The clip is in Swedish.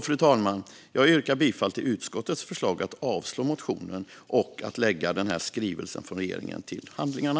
Fru talman! Jag yrkar bifall till utskottets förslag att avslå motionen och lägga regeringens skrivelse till handlingarna.